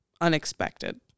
unexpected